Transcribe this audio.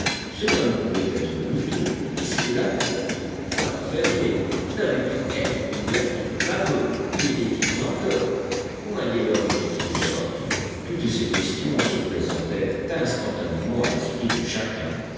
cela ne pouvait être douteux puisque la porte alors fermée n'avait pu être ouverte que par eux y étaient-ils encore ou un des leurs venait-il de sortir toutes ces questions se présentèrent instantanément à l'esprit de chacun